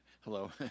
hello